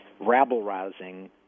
rabble-rousing